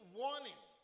warning